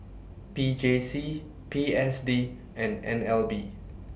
P J C P S D and N L B